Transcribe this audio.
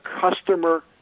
customer